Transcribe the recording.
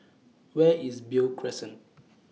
Where IS Beo Crescent